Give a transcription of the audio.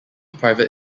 private